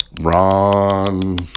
Ron